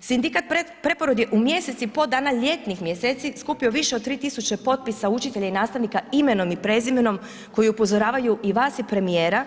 Sindikat preporod je u mjesec i po dana ljetnih mjeseci skupio više od 3000 potpisa učitelja i nastavnika imenom i prezimenom koji upozoravaju i vas i premijera